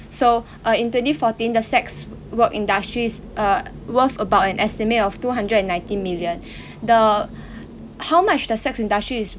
so err in twenty fourteen the sex work industries err worth about an estimate of two hundred and ninety million the how much the sex industry is